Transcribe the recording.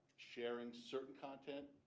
sharing certain content